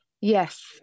Yes